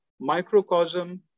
Microcosm